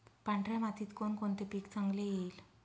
पांढऱ्या मातीत कोणकोणते पीक चांगले येईल?